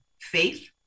faith